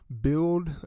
build